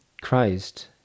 Christ